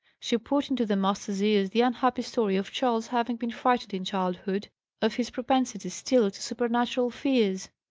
she poured into the master's ears the unhappy story of charles having been frightened in childhood of his propensity still to supernatural fears.